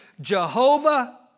Jehovah